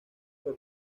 fue